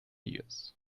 years